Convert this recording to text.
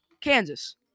Kansas